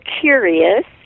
curious